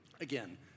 again